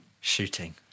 shooting